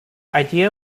idea